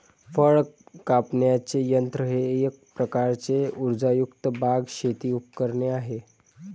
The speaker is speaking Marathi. फळ कापण्याचे यंत्र हे एक प्रकारचे उर्जायुक्त बाग, शेती उपकरणे आहे